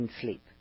sleep